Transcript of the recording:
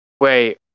Wait